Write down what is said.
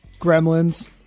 Gremlins